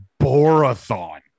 Borathon